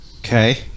Okay